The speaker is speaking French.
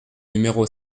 numéro